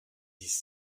dix